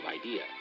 idea